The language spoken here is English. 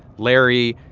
larry,